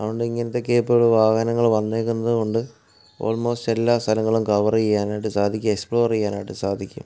അതുകൊണ്ട് ഇങ്ങനെത്തെ കേപ്പബിൾ വാഹനങ്ങൾ വന്നേക്കുന്നതുകൊണ്ട് ഓൾമോസ്റ്റ് എല്ലാ സ്ഥലങ്ങളും കവർ ചെയ്യാനായിട്ട് സാധിക്കും അധികം എക്സ്പ്ലോർ ചെയ്യാനായിട്ട് സാധിക്കും